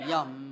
Yum